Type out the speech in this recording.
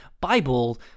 Bible